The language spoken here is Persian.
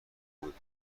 بود